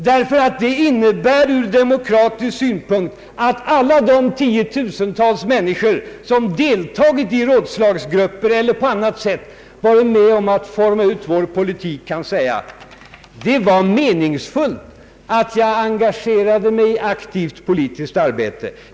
Det innebär från demokratisk synpunkt att alla de tiotusentals människor som deltagit i rådslagsgrupper eller på annat sätt varit med om att utforma vår politik kan säga: ”Det var meningsfullt att jag engagerade mig i aktivt politiskt arbete.